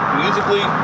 musically